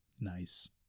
Nice